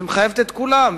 שמחייבת את כולם,